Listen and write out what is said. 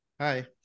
Hi